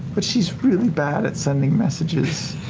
but she's really bad at sending messages.